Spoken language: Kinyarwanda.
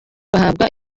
bahabwa